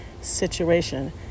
situation